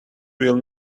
will